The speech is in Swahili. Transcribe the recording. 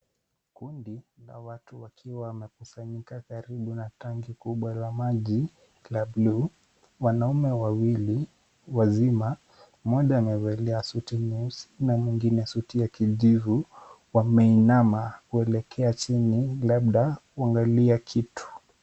Kundi la watu wakiwa wamekusanyika karibu na tangi kubwa la maji la buluu. Wanaume wawili wazima, mmoja amevalia suti nyeusi na mwingine suti ya kijivu, wameinama kuelekea chini labda kuangalia kitu.